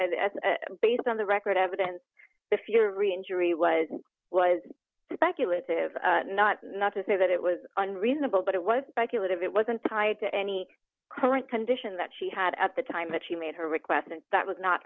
and based on the record evidence if you're reinjury was was speculative not not to say that it was unreasonable but it was like a lot of it wasn't tied to any current condition that she had at the time that she made her request and that was not